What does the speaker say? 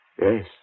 Yes